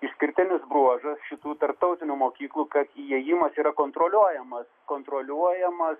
išskirtinis bruožas šitų tarptautinių mokyklų kad įėjimas yra kontroliuojamas kontroliuojamas